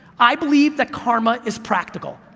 i believe that karma is practical,